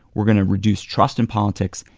we're going to reduce trust in politics.